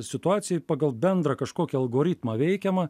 situacijai pagal bendrą kažkokį algoritmą veikiama